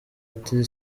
ati